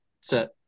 set